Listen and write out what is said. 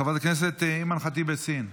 חברת הכנסת אימאן ח'טיב יאסין,